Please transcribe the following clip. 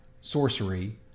sorcery